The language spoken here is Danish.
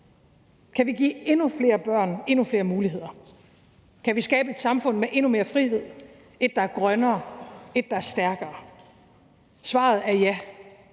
Kan vi give endnu flere børn endnu flere muligheder? Kan vi skabe et samfund med endnu mere frihed – et, der er grønnere, et, der er stærkere? Svaret er ja,